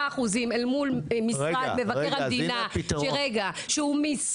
יור >> אתם זכיתם היום לשני יושבי-ראש: בית הלל ובית שמאי.